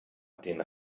den